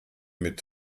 mit